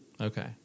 Okay